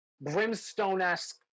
brimstone-esque